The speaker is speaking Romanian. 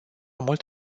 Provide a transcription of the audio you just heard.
mult